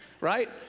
right